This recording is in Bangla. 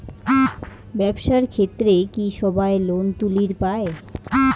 ব্যবসার ক্ষেত্রে কি সবায় লোন তুলির পায়?